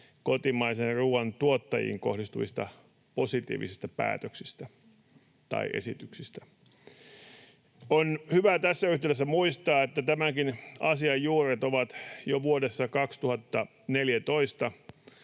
kotimaisen ruuan tuottajiin kohdistuvista positiivisista päätöksistä tai esityksistä. On hyvä tässä yhteydessä muistaa, että tämänkin asian juuret ovat jo vuodessa 2014,